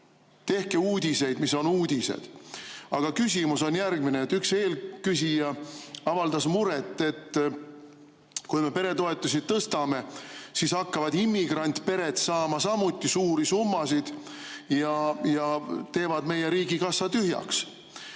Tehke uudiseid, mis on uudised. Aga küsimus on järgmine. Üks eelküsija avaldas muret, et kui me peretoetusi tõstame, siis hakkavad immigrantpered saama samuti suuri summasid ja teevad meie riigikassa tühjaks.